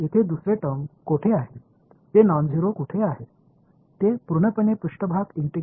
இது முற்றிலும் மேற்பரப்பு ஒருங்கிணைப்பு அல்லது 2 D விஷயத்தில் ஒரு லைன் இன்டெக்ரல்